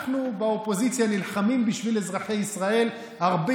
אנחנו באופוזיציה נלחמים בשביל אזרחי ישראל הרבה